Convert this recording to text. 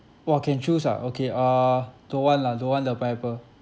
!wah! can choose ah okay uh don't want lah don't want the pineapple